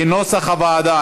כנוסח הוועדה.